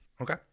Okay